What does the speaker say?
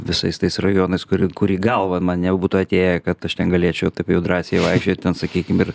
visais tais rajonais kur kur į galvą man nebūtų atėję kad aš ten galėčiau taip jau drąsiai vaikščiot ten sakykim ir